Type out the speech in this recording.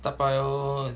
大巴窑